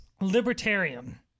Libertarian